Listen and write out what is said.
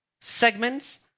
segments